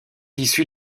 issue